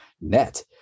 net